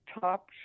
top